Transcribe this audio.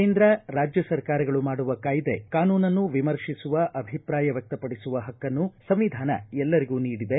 ಕೇಂದ್ರ ಕಾಜ್ಯ ಸರ್ಕಾರಗಳು ಮಾಡುವ ಕಾಯಿದೆ ಕಾನೂನನ್ನು ವಿಮರ್ಶಿಸುವ ಅಭಿಪ್ರಾಯ ವ್ವಕ್ತಪಡಿಸುವ ಹಕ್ಕನ್ನು ಸಂವಿಧಾನ ಎಲ್ಲರಿಗೂ ನೀಡಿದೆ